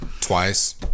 Twice